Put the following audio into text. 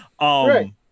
Right